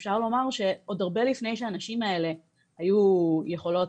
אפשר לומר שעוד הרבה לפני שהנשים האלה היו יכולות